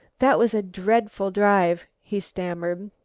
that was a dreadful drive! he stammered.